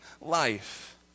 life